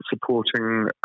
supporting